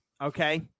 Okay